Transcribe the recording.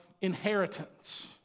inheritance